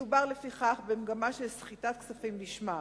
מדובר לפיכך במגמה של סחיטת כספים לשמה.